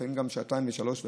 לפעמים גם שעתיים ושלוש וארבע,